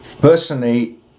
personally